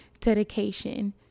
dedication